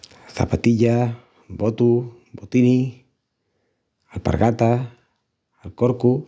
Çapatillas, botus, botinis, alpargatas, alcorcus.